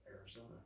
Arizona